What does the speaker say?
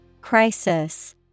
Crisis